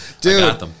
Dude